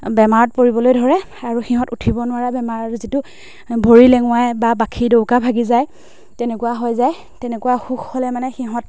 বেমাৰত পৰিবলৈ ধৰে আৰু সিহঁত উঠিব নোৱাৰা বেমাৰ যিটো ভৰি লেঙুৱাই বা পাখি ডেউকা ভাগি যায় তেনেকুৱা হৈ যায় তেনেকুৱা অসুখ হ'লে মানে সিহঁত